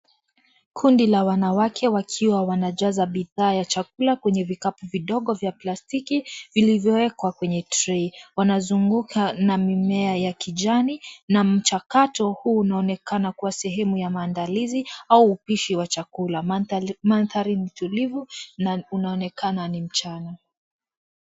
Kundi la wanawake wakiwa wanajaza bidhaa ya chakula kwenye vikapu vidogo vya plastiki vilivyowekwa kwenye trey . Wanazunguka na mimea ya kijani na mchakato huu unaonekana kuwa sehemu ya maandalizi au upishi wa chakula. Mandhari ni tulivu na unaonekana ni mchana.